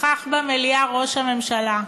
נכח במליאה ראש הממשלה,